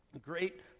Great